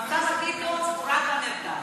המצב הכי טוב הוא רק במרכז.